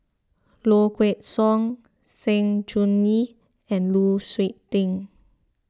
Low Kway Song Sng Choon Yee and Lu Suitin